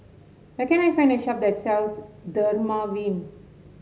where can I find a shop that sells Dermaveen